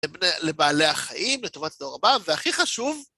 לבעלי החיים, לטובת דור הבא, והכי חשוב...